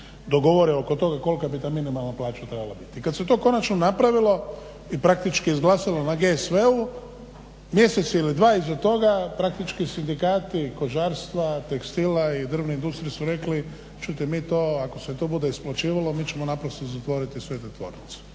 dogovore oko toga kolika bi ta minimalna plaća trebala biti. I kad se to konačno napravilo i praktički izglasalo na GSV-u, mjesec ili dva iza toga praktički sindikati kožarstva, tekstila i drvne industrije su rekli čujte mi to ako se to bude isplaćivalo, mi ćemo naprosto zatvoriti sve te tvornice.